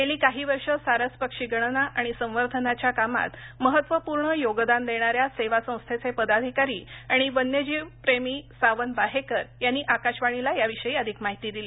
गेली काही वर्ष सारस पक्षी गणना आणि संवर्धनाच्या कामात महत्त्वपूर्ण योगदान देणाऱ्या सेवा संस्थेचे पदाधिकारी आणि वन्यजीव प्रेमी सावन बाहेकर यांनी आकाशवाणीला याविषयी अधिक माहिती दिली